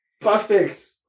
Perfect